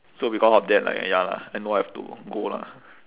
so because of that like ya I know I have to go lah